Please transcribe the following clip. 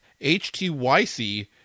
HTYC